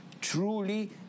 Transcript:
truly